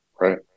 Right